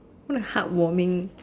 what a heart-warming